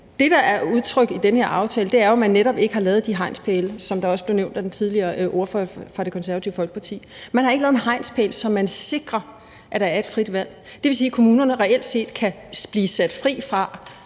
Det, der er udtrykt med den her aftale, handler jo om, at man netop ikke har lavet de hegnspæle, som det også blev nævnt tidligere af ordføreren fra Det Konservative Folkeparti. Man har ikke lavet en hegnspæl, så man sikrer, at der er et frit valg. Det vil sige, at kommunerne reelt set kan blive fri for